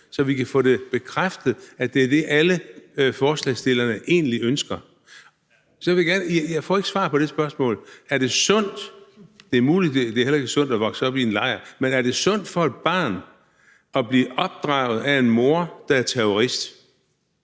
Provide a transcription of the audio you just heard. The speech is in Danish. så vi kan få bekræftet, at det er det, alle forslagsstillerne egentlig ønsker? Jeg får ikke svar på det spørgsmål. Det er muligt, at det ikke er sundt at vokse op i en lejr, men er det sundt for et barn at blive opdraget af en mor, der er terrorist?